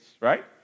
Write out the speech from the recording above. right